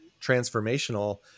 transformational